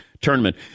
tournament